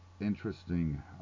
interesting